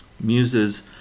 Muses